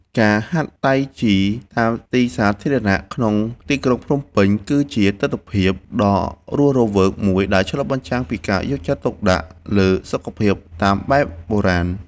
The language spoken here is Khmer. ការហាត់តៃជីតាមទីធ្លាសាធារណៈក្នុងទីក្រុងភ្នំពេញ គឺជាទិដ្ឋភាពដ៏រស់រវើកមួយដែលឆ្លុះបញ្ចាំងពីការយកចិត្តទុកដាក់លើសុខភាពតាមបែបបុរាណ។